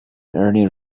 ernie